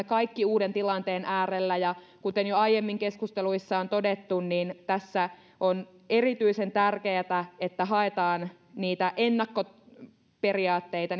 kaikki uuden tilanteen äärellä kuten jo aiemmin keskusteluissa on todettu niin tässä on erityisen tärkeätä että haetaan niitä ennakkoperiaatteita